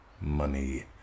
money